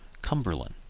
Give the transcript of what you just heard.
cumberland,